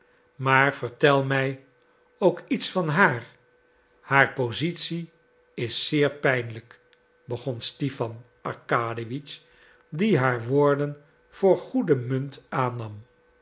maar vertel mij ook iets van haar haar positie is zeer pijnlijk begon stipan arkadiewitsch die haar woorden voor goede munt aannam